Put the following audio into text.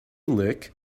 look